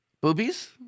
Boobies